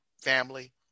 family